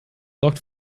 sorgt